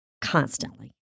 constantly